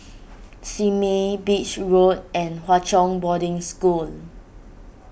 Simei Beach Road and Hwa Chong Boarding School